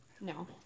No